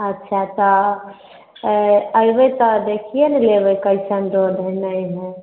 अच्छा तऽ आ अएबै तऽ देखिए ने लेबै कइसन रोड हइ नहि हइ